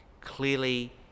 clearly